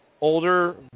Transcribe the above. older